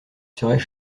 seraient